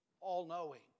all-knowing